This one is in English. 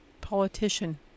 politician